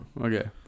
okay